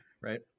right